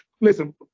Listen